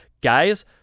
guys